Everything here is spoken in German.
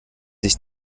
sich